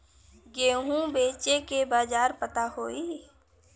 गेहूँ बेचे के बाजार पता होई?